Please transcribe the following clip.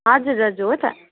हजुर हजुर हो त